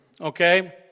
okay